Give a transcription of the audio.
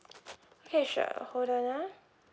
okay sure hold on ah